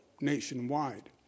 nationwide